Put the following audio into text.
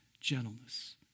gentleness